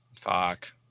Fuck